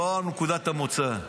לא על נקודת המוצא.